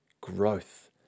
growth